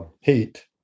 heat